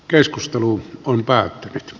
keskustelu on päättynyt